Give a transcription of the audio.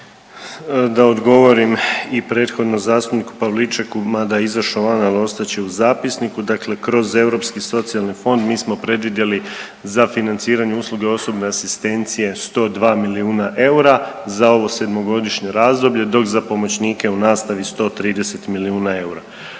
Da odgovorim i prethodno zastupniku Pavličeku, mada je izašao van, ali ostat će u zapisniku, dakle kroz Europski socijalni fond mi smo predvidjeli za financiranje usluge osobne asistencije 102 milijuna eura za ovo sedmogodišnje razdoblje, dok za pomoćnike u nastavi 130 milijuna eura.